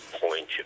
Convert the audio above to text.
point